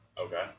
Okay